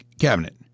cabinet